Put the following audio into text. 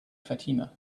fatima